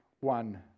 one